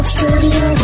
Studio